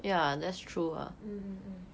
mm mm mm